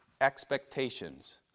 expectations